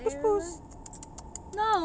puss puss